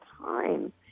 time